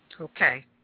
Okay